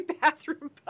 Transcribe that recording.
bathroom